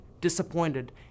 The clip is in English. disappointed